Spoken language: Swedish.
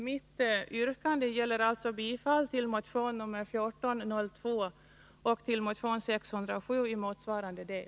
Mitt yrkande gäller alltså bifall till motion 1402 och till motion 607 i motsvarande del.